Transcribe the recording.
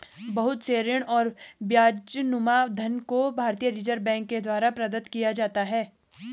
बहुत से ऋण और ब्याजनुमा धन को भारतीय रिजर्ब बैंक के द्वारा प्रदत्त किया जाता है